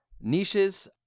niches